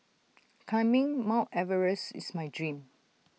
climbing mount Everest is my dream